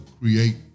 create